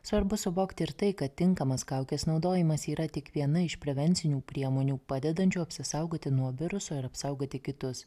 svarbu suvokti ir tai kad tinkamas kaukės naudojimas yra tik viena iš prevencinių priemonių padedančių apsisaugoti nuo viruso ir apsaugoti kitus